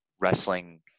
wrestling